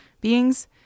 beings